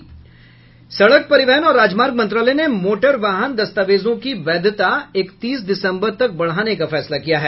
सड़क परिवहन और राजमार्ग मंत्रालय ने मोटर वाहन दस्तावेजों की वैधता इकतीस दिसम्बर तक बढ़ाने का फैसला किया है